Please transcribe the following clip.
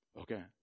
Okay